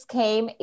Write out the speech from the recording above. came